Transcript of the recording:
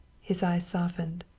his eyes softened.